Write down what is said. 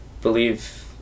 believe